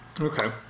Okay